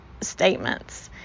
statements